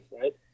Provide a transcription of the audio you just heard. right